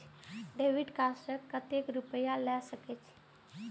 Debit card से कतेक रूपया ले सके छै?